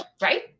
right